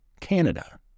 canada